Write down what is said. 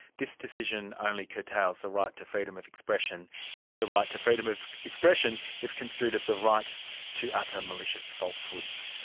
this decision only curtails the right to freedom of expression if the right to freedom of expression is construed as the right to utter malicious falsehoods.